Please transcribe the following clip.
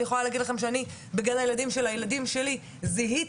אני יכולה להגיד שאני זיהיתי בגן הילדים של הילדים שלי התחלה